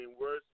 worse